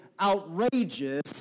outrageous